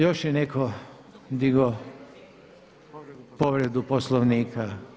Još je netko digao povredu Poslovnika.